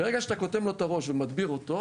ברגע שאתה קוטם לו את הראש ומדביר אותו,